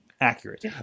accurate